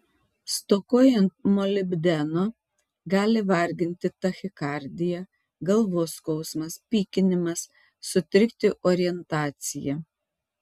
stokojant molibdeno gali varginti tachikardija galvos skausmas pykinimas sutrikti orientacija